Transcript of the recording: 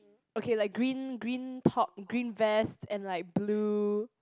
okay like green green top green vest and like blue